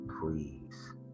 please